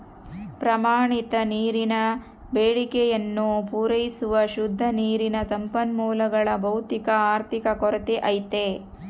ಪ್ರಮಾಣಿತ ನೀರಿನ ಬೇಡಿಕೆಯನ್ನು ಪೂರೈಸುವ ಶುದ್ಧ ನೀರಿನ ಸಂಪನ್ಮೂಲಗಳ ಭೌತಿಕ ಆರ್ಥಿಕ ಕೊರತೆ ಐತೆ